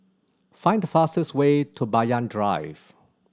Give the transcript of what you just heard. find the fastest way to Banyan Drive